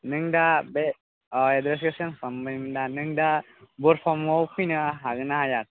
नों दा बे एड्रेसखौ चेन्स खालामबायमोनना नों दा बरफमआव फैनो हागोनना हाया